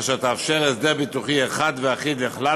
אשר תאפשר הסדר ביטוחי אחד ואחיד לכלל